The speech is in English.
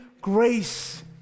grace